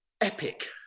epic